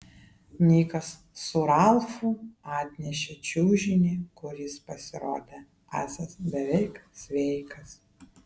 nikas su ralfu atnešė čiužinį kuris pasirodė esąs beveik sveikas